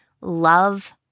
love